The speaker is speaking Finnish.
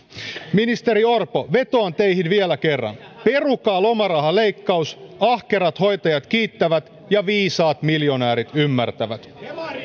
ministeri orpo vetoan teihin vielä kerran perukaa lomarahaleikkaus ahkerat hoitajat kiittävät ja viisaat miljonäärit ymmärtävät